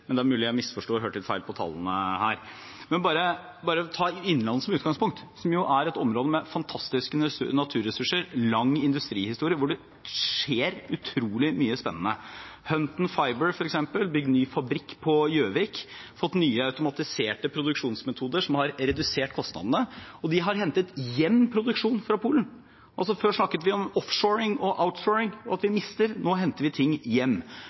litt feil om tallene her. Tar man Innlandet som utgangspunkt, er det et område med fantastiske naturressurser og lang industrihistorie hvor det skjer utrolig mye spennende. Hunton Fiber har f.eks. bygd ny fabrikk på Gjøvik, fått nye, automatiserte produksjonsmetoder som har redusert kostnadene, og de har hentet hjem produksjonen fra Polen. Før snakket vi om «offshoring» og «outsourcing» og at vi mister – nå henter vi ting hjem.